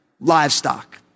livestock